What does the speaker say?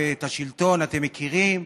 ואת השלטון אתם מכירים,